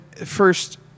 first